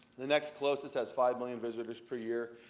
the next closest has five million visitors per year.